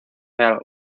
hell